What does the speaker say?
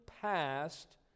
past